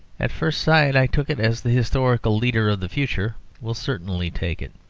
at first sight, i took it, as the historical leader of the future will certainly take it,